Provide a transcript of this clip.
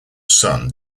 son